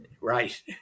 right